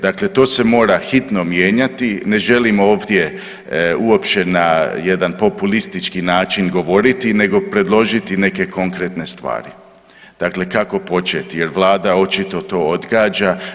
Dakle, to se mora hitno mijenjati, ne želimo ovdje uopće na jedan populistički način govoriti nego predložiti neke konkretne stvari, dakle kako početi jer vlada očito to odgađa.